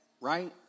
right